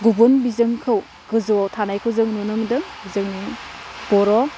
गुबुन बिजोंखौ गोजौवाव थानायखौ जों नुनो मोन्दों जों बर'